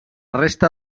resta